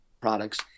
products